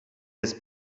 his